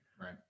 Right